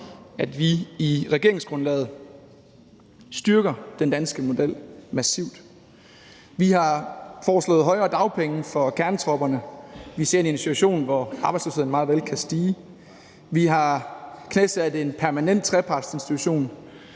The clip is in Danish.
at vi i regeringsgrundlaget styrker den danske model massivt. Vi har foreslået højere dagpengesatser får kernetropperne – vi ser ind i en situation, hvor arbejdsløsheden meget vel kan stige; vi har knæsat en permanent trepartsinstitution;